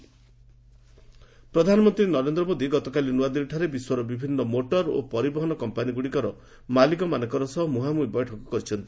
PM meeting ପ୍ରଧାନମନ୍ତ୍ରୀ ନରେନ୍ଦ୍ର ମୋଦି ଗତକାଲି ନୂଆଦିଲ୍ଲୀରେ ବିଶ୍ୱର ବିଭିନ୍ନ ମୋଟର ଓ ପରିବହନ କମ୍ପାନୀ ଗୁଡ଼ିକର ମାଲିକମାନଙ୍କ ସହ ମୁହାଁମୁହିଁ ବୈଠକ କରିଛନ୍ତି